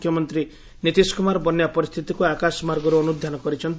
ମୁଖ୍ୟମନ୍ତ୍ରୀ ନୀତିଶ କୁମାର ବନ୍ୟା ପରିସ୍ଥିତିକୁ ଆକାଶ ମାର୍ଗରୁ ଅନ୍ୟୁଧାନ କରିଛନ୍ତି